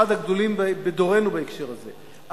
אחד הגדולים בדורנו בהקשר הזה,